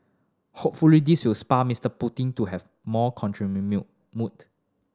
hopefully this will spur Mister Putin to have more contract mid meal mood